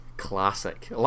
classic